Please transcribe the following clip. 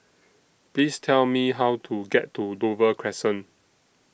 Please Tell Me How to get to Dover Crescent